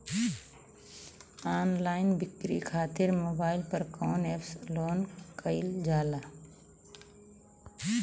Online बिक्री खातिर mobile पर कवना एप्स लोन कईल जाला?